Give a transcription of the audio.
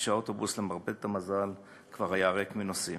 כשהאוטובוס, למרבה המזל, כבר היה ריק מנוסעים.